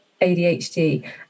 ADHD